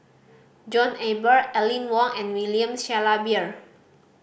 John Eber Aline Wong and William Shellabear